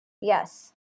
Yes